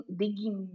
digging